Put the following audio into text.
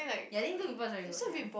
ya I think two people is very good ya